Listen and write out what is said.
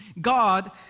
God